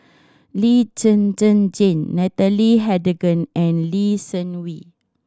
Lee Zhen Zhen Jane Natalie Hennedige and Lee Seng Wee